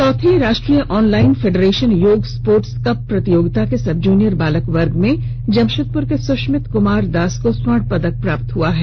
चौथी राष्ट्रीय online federation योग स्पोर्ट्स कप प्रतियोगिता के सब जूनियर बालक वर्ग में जमशेदपुर के सुषमित कुमार दास को स्वर्ण पदक प्राप्त हुआ है